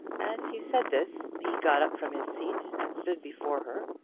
as he said this he got up from his seat and stood before her.